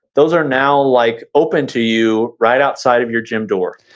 those are now like open to you right outside of your gym door